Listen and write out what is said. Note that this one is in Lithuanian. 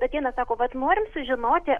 ateina sako vat norim sužinoti